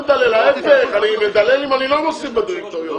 ההיפך אני מדלל אם אני לא מוסיף בדירקטוריון,